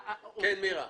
אדוני,